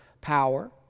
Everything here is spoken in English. power